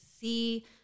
see